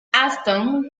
aston